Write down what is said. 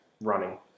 running